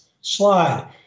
slide